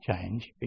change